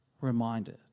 reminded